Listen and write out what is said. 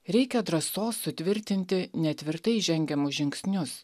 reikia drąsos sutvirtinti netvirtai žengiamus žingsnius